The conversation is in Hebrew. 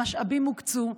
המשאבים הוקצו.